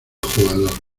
jugador